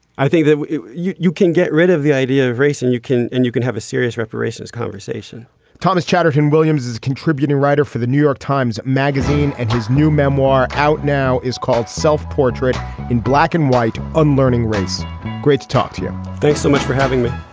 i think that you you can get rid of the idea of race and you can and you can have a serious reparations conversation thomas chatterton williams is a contributing writer for the new york times magazine and his new memoir out now is called self-portrait in black and white. unlearning race great to talk to you. thanks so much for having me